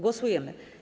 Głosujemy.